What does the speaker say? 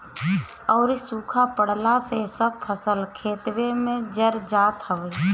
अउरी सुखा पड़ला से सब फसल खेतवे में जर जात हवे